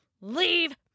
Leave